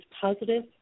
positive